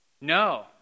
No